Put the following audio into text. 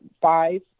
five